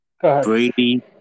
Brady